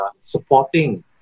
supporting